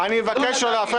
אני אצא לבד,